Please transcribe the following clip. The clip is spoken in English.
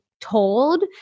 told